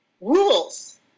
rules